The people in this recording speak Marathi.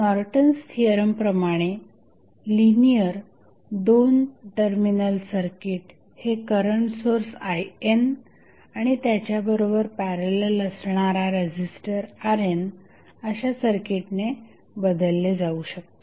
नॉर्टन्स थिअरम प्रमाणे लिनिअर 2 टर्मिनल सर्किट हे करंट सोर्स IN आणि त्याच्या बरोबर पॅरलल असणारा रेझिस्टर RN अशा सर्किटने बदलले जाऊ शकते